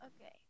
Okay